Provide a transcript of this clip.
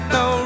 no